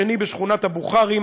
השני בשכונת הבוכרים,